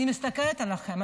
אני מסתכלת עליכם,